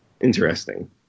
Interesting